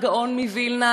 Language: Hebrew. הגאון מווילנה,